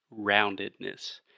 roundedness